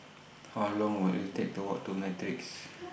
How Long Will IT Take to Walk to Matrix